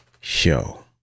show